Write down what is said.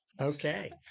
Okay